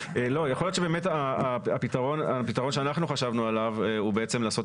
יכול להיות שבאמת הפתרון שאנחנו חשבנו עליו הוא לעשות